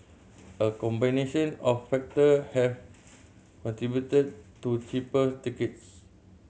a combination of factor have contributed to cheaper tickets